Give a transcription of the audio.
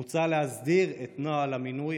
מוצע להסדיר את נוהל המינוי,